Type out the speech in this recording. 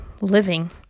living